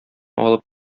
алып